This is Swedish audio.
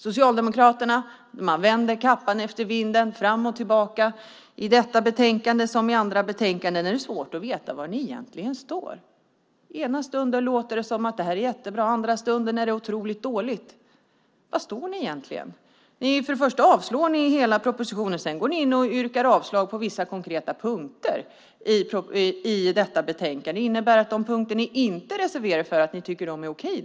Socialdemokraterna vänder kappan efter vinden fram och tillbaka. I detta betänkande liksom i andra är det svårt att veta var ni egentligen står. I den ena stunden låter det som att det här är jättebra. I den andra stunden är det otroligt dåligt. Var står ni egentligen? För det första avstyrker ni hela propositionen, och sedan går ni in och yrkar avslag på vissa konkreta punkter i betänkandet. Innebär det att ni tycker att de punkter som ni inte reserverar er för är okej?